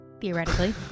Theoretically